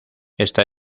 esta